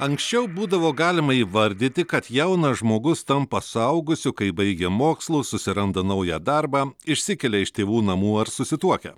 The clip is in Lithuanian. anksčiau būdavo galima įvardyti kad jaunas žmogus tampa suaugusiu kai baigia mokslus susiranda naują darbą išsikelia iš tėvų namų ar susituokia